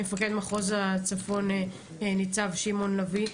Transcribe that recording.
למפקד מחוז הצפון ניצב שמעון לביא,